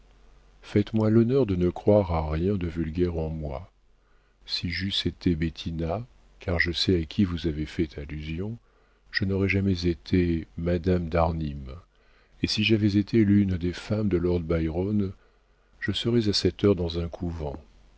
faites-moi l'honneur de ne croire à rien de vulgaire en moi si j'eusse été bettina car je sais à qui vous avez fait allusion je n'aurais jamais été madame d'arnim et si j'avais été l'une des femmes de lord byron je serais à cette heure dans un couvent